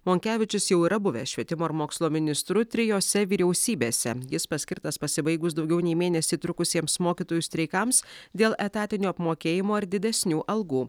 monkevičius jau yra buvęs švietimo ir mokslo ministru trijose vyriausybėse jis paskirtas pasibaigus daugiau nei mėnesį trukusiems mokytojų streikams dėl etatinio apmokėjimo ir didesnių algų